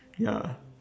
ya lah